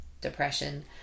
depression